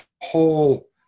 whole